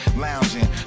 lounging